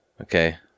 okay